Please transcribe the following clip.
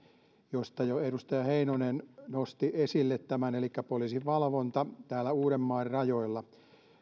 jonka jo edustaja heinonen nosti esille elikkä poliisin valvonnassa täällä uudenmaan rajoilla